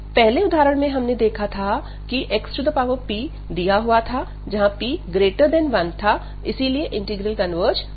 पहले उदाहरण में हमने देखा था की xpदिया हुआ था जहां p1 इसलिए इंटीग्रल कनवर्ज कर रहा था